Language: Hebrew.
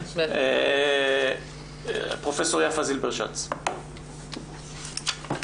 פרופ' יפה זילברשץ בבקשה,